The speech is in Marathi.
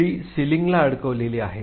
केळी सीलिंगला अडकवली आहेत